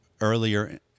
earlier